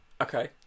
Okay